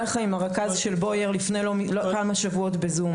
לך עם הרכז של בויאר לפני כמה שבועות בזום.